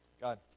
God